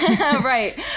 Right